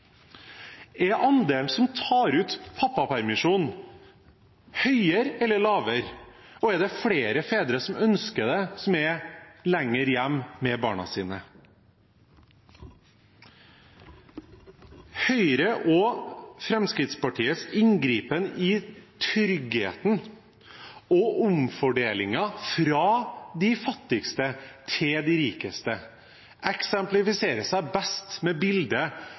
Er andelen som tar ut pappapermisjon, høyere eller lavere? Og er det flere fedre som ønsker det, som er lenger hjemme med barna sine? Høyre og Fremskrittspartiets inngripen i tryggheten og omfordelingen fra de fattigste til de rikeste eksemplifiserer seg best med